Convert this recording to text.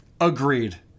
Agreed